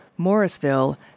Morrisville